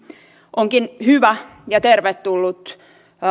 onkin hyvä ja tervetullut